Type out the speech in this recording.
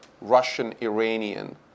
Russian-Iranian